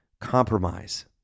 compromise